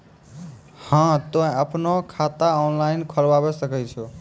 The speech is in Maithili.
हाँ तोय आपनो खाता ऑनलाइन खोलावे सकै छौ?